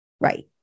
Right